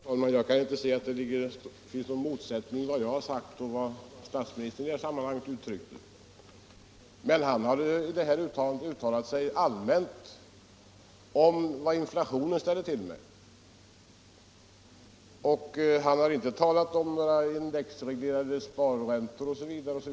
Herr talman! Jag kan inte se att det finns någon motsättning i vad jag sagt och vad statsministern i det här sammanhanget uttryckt. Statsministern har uttalat sig allmänt om vad inflationen ställer till med. Han har inte, såvitt jag förstått, talat om några indexreglerade sparräntor osv.